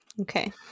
Okay